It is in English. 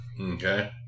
Okay